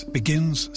begins